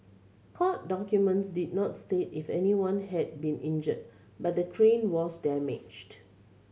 court documents did not state if anyone had been injured but the crane was damaged